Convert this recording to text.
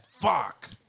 Fuck